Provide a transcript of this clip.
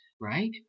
right